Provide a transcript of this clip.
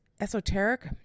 Esoteric